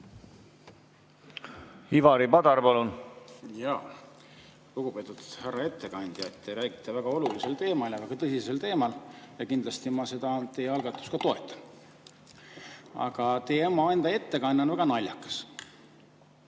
Ivari Padar, palun! Lugupeetud härra ettekandja! Te räägite väga olulisel teemal, väga tõsisel teemal, ja kindlasti ma seda teie algatust ka toetan. Aga teie enda ettekanne on väga naljakas